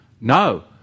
No